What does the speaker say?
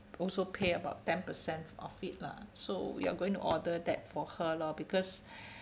also pay about ten percent of it lah so we're going to order that for her lor because